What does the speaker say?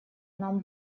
нам